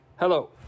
Hello